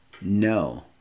No